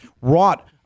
wrought